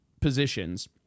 positions